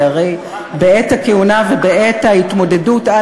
כי הרי בעת הכהונה ובעת ההתמודדות על